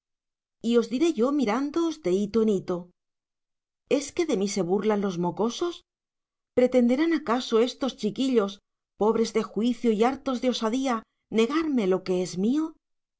os diré yo mirándoos de hito en hito es que de mí se burlan los mocosos pretenderán acaso estos chiquillos pobres de juicio y hartos de osadía negarme lo que es mío